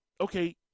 Okay